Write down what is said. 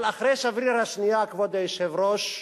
אבל אחרי שבריר השנייה, כבוד היושב-ראש,